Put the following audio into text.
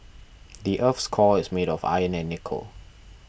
the earth's core is made of iron and nickel